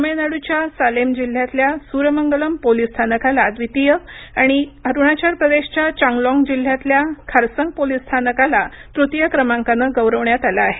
तमिळनाडूच्या सालेम जिल्ह्यातल्या सुरमंगलम पोलीस स्थानकाला द्वितीय आणि अरुणाचल प्रदेशच्या चांगलाँग जिल्ह्यातल्या खारसंग पोलीस स्थांनाकाला तृतीय क्रमांकाने गौरवण्यात आलं आहे